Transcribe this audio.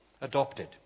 Adopted